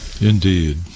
indeed